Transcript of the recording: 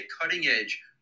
cutting-edge